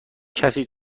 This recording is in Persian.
کسی